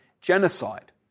genocide